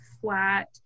flat